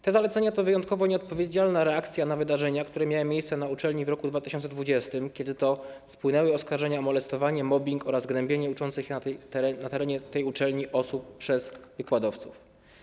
Te zalecenia to wyjątkowo nieodpowiedzialna reakcja na wydarzenia, które miały miejsce na uczelni w roku 2020, kiedy to spłynęły oskarżenia o molestowanie, mobbing oraz gnębienie uczących się na terenie tej uczelni osób przez wykładowców.